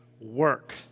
work